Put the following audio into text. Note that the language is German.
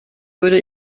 würde